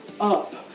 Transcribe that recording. up